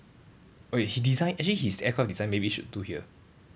okay he design actually his aircraft design maybe should do here